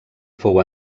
fou